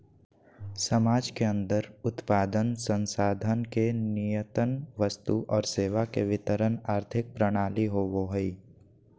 समाज के अन्दर उत्पादन, संसाधन के नियतन वस्तु और सेवा के वितरण आर्थिक प्रणाली होवो हइ